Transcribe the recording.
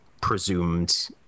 presumed